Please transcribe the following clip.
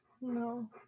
No